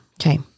Okay